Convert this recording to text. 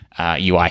UI